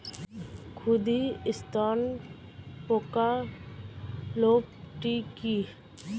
ক্ষুদ্রঋণ প্রকল্পটি কি?